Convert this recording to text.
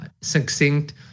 succinct